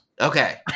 Okay